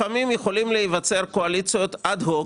לפעמים יכולים להיווצר קואליציות אד-הוק,